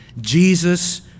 jesus